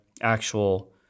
actual